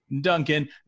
Duncan